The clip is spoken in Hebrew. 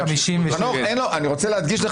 157. אני רוצה להדגיש,